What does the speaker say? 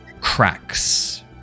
Cracks